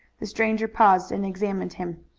the stranger paused and examined him.